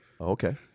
Okay